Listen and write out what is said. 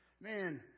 Man